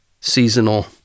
seasonal